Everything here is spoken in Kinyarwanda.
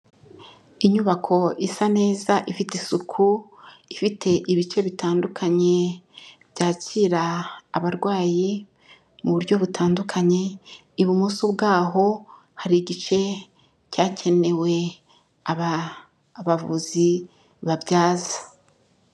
Inyubako isa neza ifite isuku, ifite ibice bitandukanye byakira abarwayi mu buryo butandukanye, ibumoso bwaho hari igice cyagenewe abavuzi babyaza.